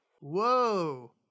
Whoa